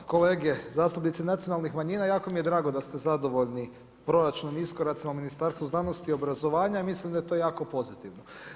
Evo kolege zastupnici nacionalnih manjina jako mi je drago da ste zadovoljni proračunom i iskoracima u Ministarstvu znanosti i obrazovanja i mislim da je to jako pozitivno.